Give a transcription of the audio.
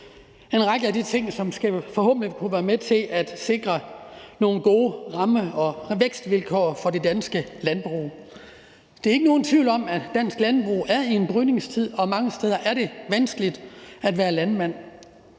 en række af de ting, som forhåbentlig skal kunne være med til at sikre nogle gode ramme- og vækstvilkår for det danske landbrug. Der er ikke nogen tvivl om, at dansk landbrug er i en brydningstid, og at det mange steder er vanskeligt at være landmand.